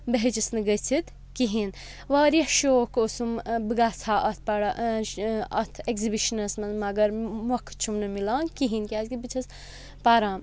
بہٕ ہیٚچھِس نہٕ گٔژھِتھ کِہیٖنۍ واریاہ شوق اوسُم بہٕ گژھٕ ہا اَتھ پَڑا اَتھ ایٚگزِبِشَنَس منٛز مگر مۄکھٕ چھُم نہٕ مِلان کِہیٖنۍ کیٛازِکہِ بہٕ چھَس پَران